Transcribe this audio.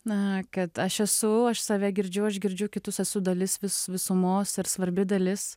na kad aš esu aš save girdžiu aš girdžiu kitus esu dalis vis visumos ir svarbi dalis